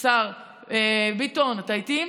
השר ביטון, אתה איתי?